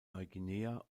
neuguinea